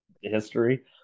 history